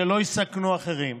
שלא יסכנו אחרים.